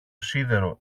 σίδερο